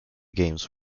games